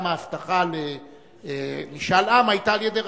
גם ההבטחה למשאל עם היתה על-ידי רבין.